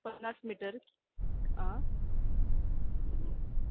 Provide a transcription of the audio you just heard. पन्नास मिटर आ